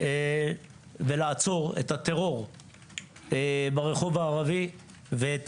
ולעצור את הטרור ברחוב הערבי ואת